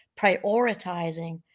prioritizing